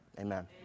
Amen